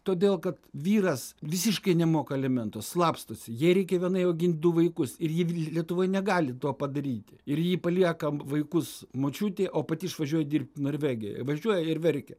todėl kad vyras visiškai nemoka alimentų slapstosi jai reikia vienai augint du vaikus ir ji lietuvoj negali to padaryti ir jį palieka vaikus močiutei o pati išvažiuoja dirbti norvegijoje važiuoja ir verkia